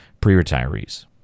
pre-retirees